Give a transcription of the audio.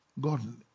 God